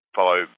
Follow